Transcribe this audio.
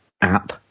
app